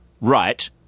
right